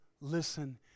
listen